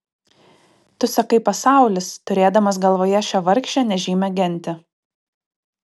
tu sakai pasaulis turėdamas galvoje šią vargšę nežymią gentį